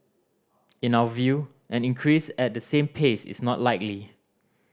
in our view an increase at the same pace is not likely